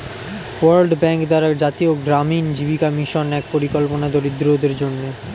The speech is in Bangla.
ওয়ার্ল্ড ব্যাংক দ্বারা জাতীয় গ্রামীণ জীবিকা মিশন এক পরিকল্পনা দরিদ্রদের জন্যে